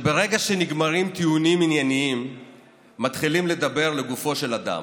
שברגע שנגמרים טיעונים ענייניים מתחילים לדבר לגופו של אדם,